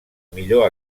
millor